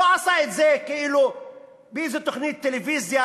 לא עשה את זה כאילו באיזו תוכנית טלוויזיה,